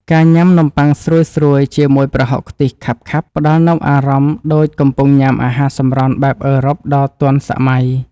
ការញ៉ាំនំប៉័ងស្រួយៗជាមួយប្រហុកខ្ទិះខាប់ៗផ្តល់នូវអារម្មណ៍ដូចកំពុងញ៉ាំអាហារសម្រន់បែបអឺរ៉ុបដ៏ទាន់សម័យ។